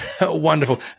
Wonderful